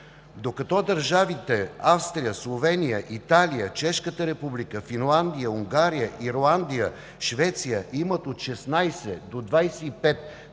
Докато държавите Австрия, Словения, Италия, Чешката република, Финландия, Унгария, Ирландия и Швеция имат от 16 до 25